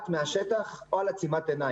מוחלט מן השטח או על עצימת עיניים.